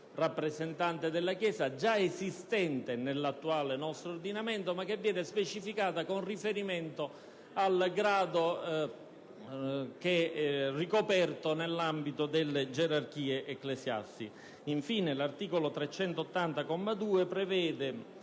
rappresentante della Chiesa, già esistente nell'attuale nostro ordinamento, la quale però viene specificata con riferimento al grado ricoperto nell'ambito della gerarchia ecclesiastica. Infine, all'articolo 380, comma